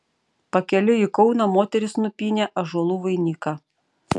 pakeliui į kauną moterys nupynė ąžuolų vainiką